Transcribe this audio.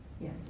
Yes